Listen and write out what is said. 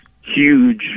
huge